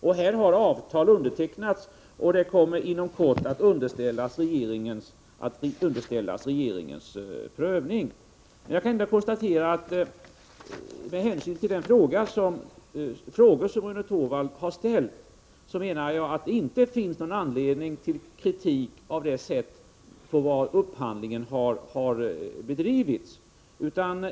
Avtal har undertecknats och kommer inom kort att underställas regeringens prövning. Jag konstaterar med hänsyn till de frågor som Rune Torwald har ställt att det inte finns någon anledning till kritik av det sätt på vilket upphandlingen har bedrivits.